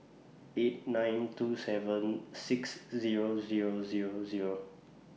eight nine two seven six Zero Zero Zero